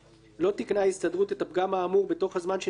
לא תיקנה ההסתדרות את הפגם האמור בתוך הזמן שנקבע,